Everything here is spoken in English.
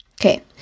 Okay